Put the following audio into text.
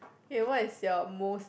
okay what is your most